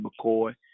McCoy